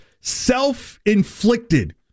Self-inflicted